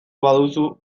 baduzu